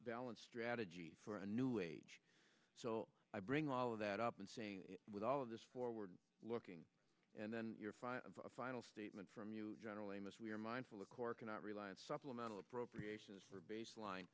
balanced strategy for a new age so i bring all of that up and saying with all of this forward looking and then a final statement from you general amos we are mindful of course cannot realize supplemental appropriations for baseline